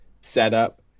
setup